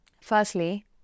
Firstly